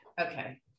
okay